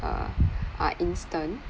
uh are instant